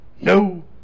no